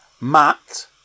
Matt